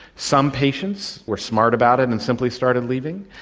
some patients were smart about it and simply started leaving,